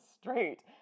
straight